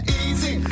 easy